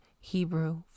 Hebrew